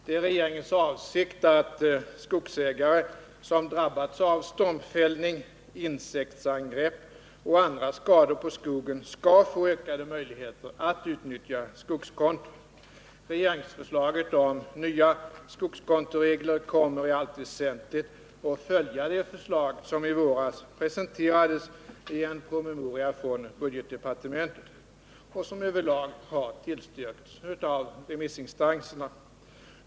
Det är regeringens avsikt att skogsägare som drabbats av stormfällning, insektsangrepp och andra skador på skogen skall få ökade möjligheter att utnyttja skogskonto. Regeringsförslaget om nya skogskontoregler kommer i allt väsentligt att följa det förslag som i våras presenterades i en promemoria från budgetdepartementet och som över lag har tillstyrkts av remissinstanserna.